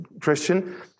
Christian